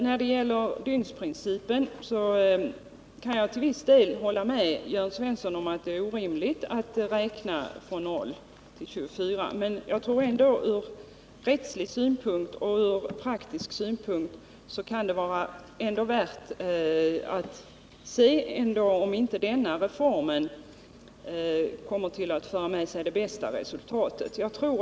När det gäller dygnsprincipen kan jag till viss del hålla med Jörn Svensson om att det är orimligt att räkna från kl. 00.00 till 24.00. Men ur rättslig och praktisk synpunkt kan det vara värt att se om inte denna reform kommer att föra med sig det bästa resultatet.